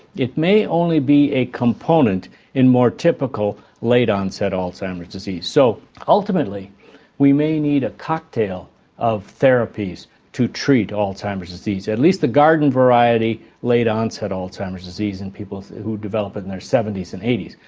it may only be a component in more typical late onset alzheimer's disease, so ultimately we may need a cocktail of therapies to treat alzheimer's disease, at least the garden variety, late onset alzheimer's disease in people who develop it in their seventy s and eighty s.